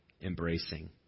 embracing